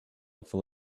full